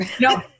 no